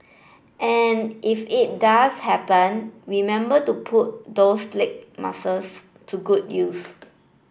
and if it does happen remember to put those leg muscles to good use